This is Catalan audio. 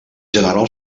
general